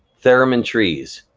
theramintrees,